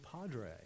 padre